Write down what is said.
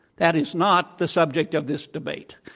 that is not the subject of this debate.